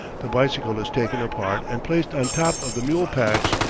the bicycle is taken apart and placed on top of the mule-packs,